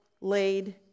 laid